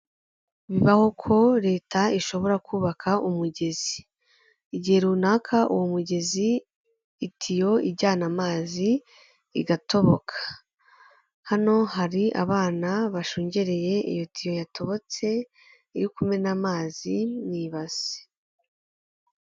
Bibaho ko Leta ishobora kubaka umugezi. Igihe runaka uwo mugezi itiyo ijyana amazi igatoboka. Hano hari abana bashungereye iyo tiyo yatobotse iri kumena amazi mu ibase.